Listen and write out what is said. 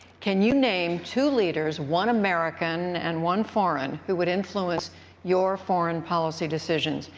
can you name two leaders one american and one foreign who would influence your foreign policy decisions?